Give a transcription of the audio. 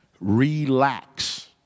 Relax